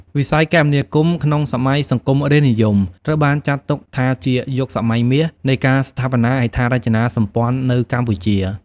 វិស័យគមនាគមន៍ក្នុងសម័យសង្គមរាស្ត្រនិយមត្រូវបានចាត់ទុកថាជា "យុគសម័យមាស" នៃការស្ថាបនាហេដ្ឋារចនាសម្ព័ន្ធនៅកម្ពុជា។